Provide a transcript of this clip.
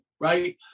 right